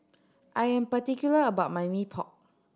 I am particular about my Mee Pok